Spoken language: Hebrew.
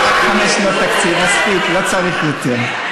רק חמש שנות תקציב, מספיק, לא צריך יותר.